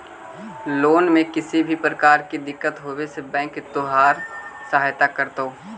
loan में किसी भी प्रकार की दिक्कत होवे से बैंक तोहार सहायता करतो